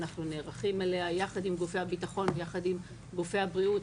אנחנו נערכים אליה יחד עם גופי הביטחון ויחד עם גופי הבריאות,